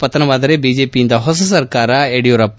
ಪತನವಾದರೆ ಬಿಜೆಪಿಯಿಂದ ಹೊಸ ಸರ್ಕಾರ ಯಡಿಯೂರಪ್ಪ